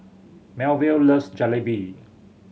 Melville loves Jalebi